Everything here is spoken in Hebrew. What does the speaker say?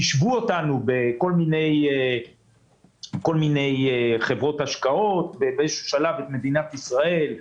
בכל מיני חברות השקעות השוו את ישראל באיזשהו שלב לצ'כיה,